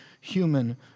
human